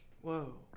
Whoa